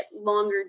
longer